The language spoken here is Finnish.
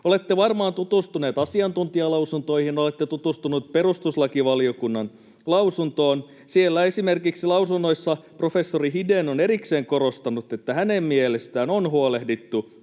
Olette varmaan tutustuneet asiantuntijalausuntoihin, olette tutustuneet perustuslakivaliokunnan lausuntoon. Siellä esimerkiksi lausunnoissa professori Hidén on erikseen korostanut, että hänen mielestään on huolehdittu